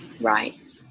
right